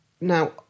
Now